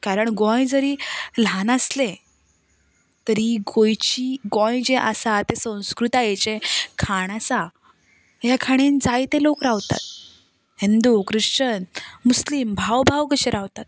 कारण गोंय जरी ल्हान आसलें तरीय गोंयची गोंय जें आसा तें संस्कृतायेचें खाण आसा हे खणींत जायते लोक रावतात हिंदू ख्रिच्छन मुसलीम भाव भाव कशे रावतात